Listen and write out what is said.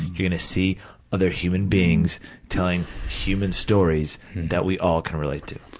you're gonna see other human beings telling human stories that we all can relate to.